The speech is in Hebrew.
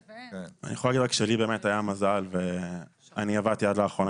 אני יכול להגיד שהיה לי מזל ועד לאחרונה